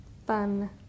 fun